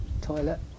toilet